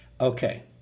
Okay